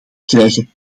krijgen